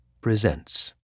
presents